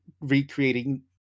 recreating